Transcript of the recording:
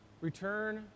Return